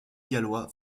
gallois